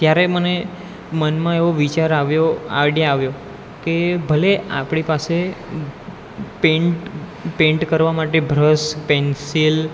ત્યારે મને મનમાં એવો વિચાર આવ્યો આઇડિયા આવ્યો કે ભલે આપણી પાસે પેન્ટ પેન્ટ કરવાં માટે બ્રશ પેન્સિલ